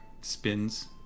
spins